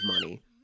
money